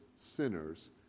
sinners